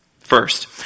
First